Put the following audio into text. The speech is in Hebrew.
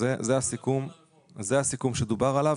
הסיכום שדובר עליו,